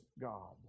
God